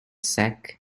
sack